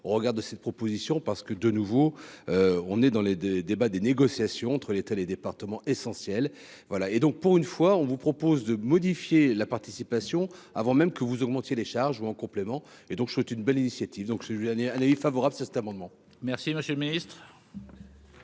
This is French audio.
regarde de cette proposition parce que, de nouveau, on est dans les des débats, des négociations entre l'État, les départements essentiel voilà et donc pour une fois, on vous propose de modifier la participation avant même que vous augmentiez les charges ou en complément et donc je souhaite une belle initiative, donc celui année l'avis favorable sur cet amendement. Merci, monsieur le Ministre.